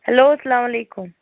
hello سَلام علیکُم